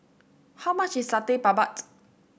how much is Satay Babat